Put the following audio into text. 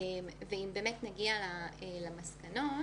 מסקנות